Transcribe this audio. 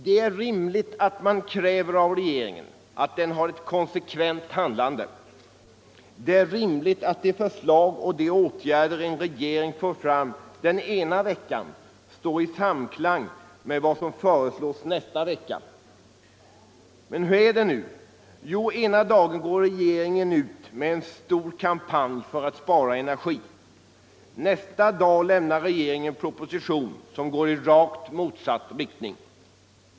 Det är rimligt att man kräver av regeringen att den har ett konsekvent handlande. Det är rimligt att de förslag och de åtgärder en regering för fram den ena veckan står i samklang med vad som föreslås nästa vecka. Men hur är det nu? Jo, ena dagen går regeringen ut med en stor kampanj för att spara energi. Nästa dag lämnar den en proposition som går i rakt motsatt riktning.